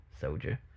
soldier